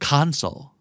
Console